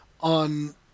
on